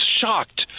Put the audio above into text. shocked